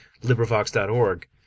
LibriVox.org